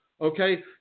Okay